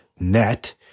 Net